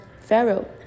Pharaoh